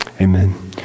Amen